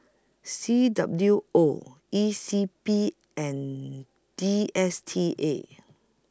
C W O E C P and D S T A